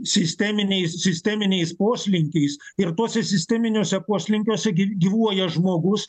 sisteminiais sisteminiais poslinkiais ir tuose sisteminiuose poslinkiuose gi gyvuoja žmogus